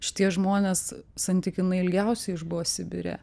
šitie žmonės santykinai ilgiausiai išbuvo sibire